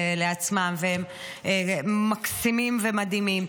לעצמם, והם מקסימים ומדהימים.